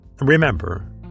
Remember